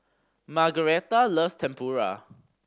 Margaretta loves Tempura